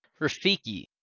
Rafiki